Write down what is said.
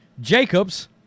Jacobs